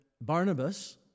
Barnabas